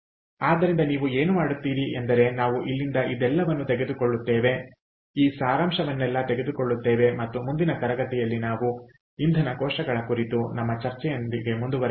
ಆದ್ದರಿಂದ ನೀವು ಏನು ಮಾಡುತ್ತೀರಿ ಎಂದರೆ ನಾವು ಇಲ್ಲಿಂದ ಇದೆಲ್ಲವನ್ನೂ ತೆಗೆದುಕೊಳ್ಳುತ್ತೇವೆ ಮತ್ತು ಮುಂದಿನ ತರಗತಿಯಲ್ಲಿ ನಾವು ಇಂಧನ ಕೋಶಗಳ ಕುರಿತು ನಮ್ಮ ಚರ್ಚೆಯೊಂದಿಗೆ ಮುಂದುವರಿಸುತ್ತೇವೆ